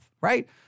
Right